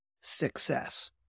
success